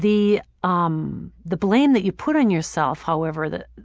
the um the blame that you put on yourself, however, that